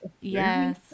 Yes